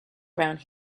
around